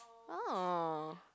oh